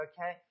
Okay